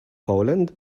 poland